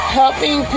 helping